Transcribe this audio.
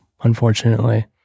unfortunately